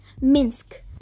Minsk